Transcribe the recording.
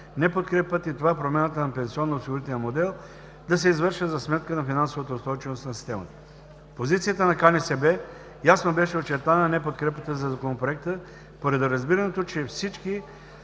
Не подкрепят и промяната на пенсионно осигурителния модел да се извършва за сметка на финансовата устойчивост на системата. В позицията на КНСБ ясно беше очертана неподкрепата за Законопроекта, поради разбирането, че всички